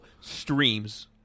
streams